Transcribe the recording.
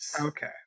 Okay